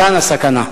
וכאן הסכנה.